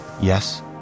Yes